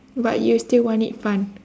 but you still want it fun